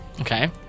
Okay